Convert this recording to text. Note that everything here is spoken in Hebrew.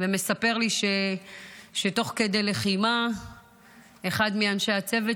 ומספר לי שתוך כדי לחימה אחד מאנשי הצוות